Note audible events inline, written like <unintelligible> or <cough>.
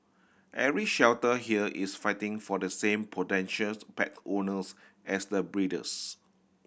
every shelter here is fighting for the same potential <unintelligible> pet owners as the breeders